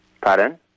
Pardon